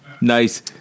Nice